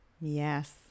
Yes